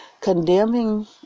condemning